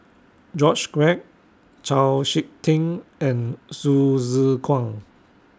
George Quek Chau Sik Ting and Hsu Tse Kwang